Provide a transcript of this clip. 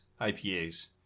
IPAs